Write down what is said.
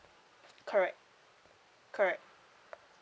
correct correct